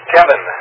Kevin